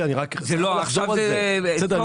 זה סוף הדיון.